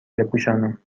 بپوشانم